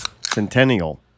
Centennial